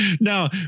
Now